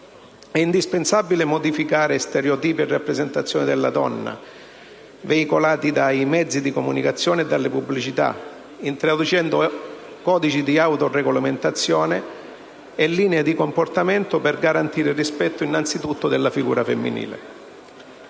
È indispensabile modificare stereotipi e rappresentazioni della donna veicolati dai mezzi di comunicazione e dalle pubblicità introducendo codici di autoregolamentazione e linee di comportamento per garantire innanzitutto il rispetto della figura femminile.